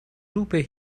lupe